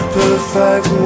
perfect